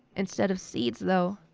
instead of seeds, though,